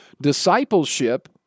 discipleship